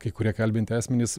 kai kurie kalbinti asmenys